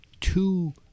two